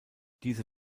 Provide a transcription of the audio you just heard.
diese